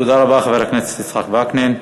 תודה רבה, חבר הכנסת יצחק וקנין.